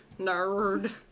Nerd